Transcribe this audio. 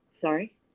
Sorry